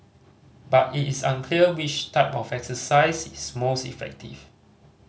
but it is unclear which type of exercise is most effective